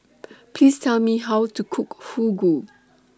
Please Tell Me How to Cook Fugu